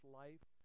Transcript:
life